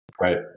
Right